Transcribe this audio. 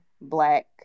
black